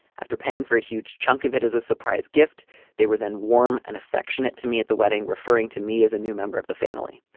after paying for a huge chunk of it as a surprise gift they were then warm and affectionate to me at the wedding referring to me as a new member of the family.